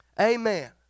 Amen